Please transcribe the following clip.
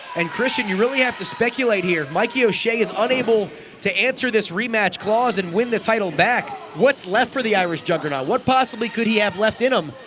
and christian you really have to speculate here, mikey o'shea is unable to answer this rematch clause and win the title back whats left for the the irish juggernaut, what possibly could he have left in him?